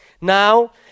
Now